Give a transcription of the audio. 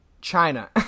China